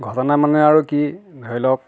ঘটনা মানে আৰু কি ধৰি লওক